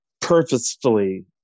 purposefully